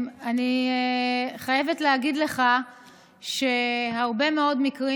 אני חייבת להגיד לך שבהרבה מאוד מקרים